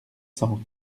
cent